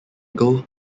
goal